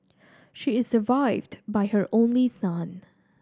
she is survived by her only son